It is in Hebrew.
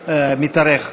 ההצבעה מתארך.